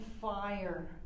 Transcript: fire